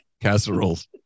casseroles